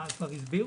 מה כבר הסבירו?